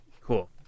Cool